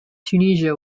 tunisia